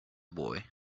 boy